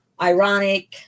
ironic